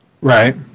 Right